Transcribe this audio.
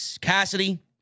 Cassidy